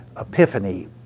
epiphany